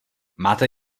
máte